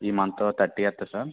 ఈ month thirtieth sir